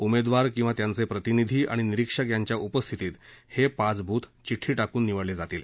उमेदवार किवा त्यांचे प्रतिनिधी आणि निरीक्षक यांच्या उपस्थितीत हे पाच ब्रूथ विड्डी टाकून निवडले जातील